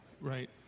Right